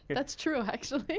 that's true except